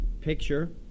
picture